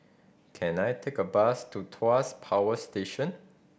can I take a bus to Tuas Power Station